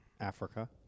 Africa